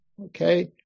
okay